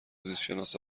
زیستشناس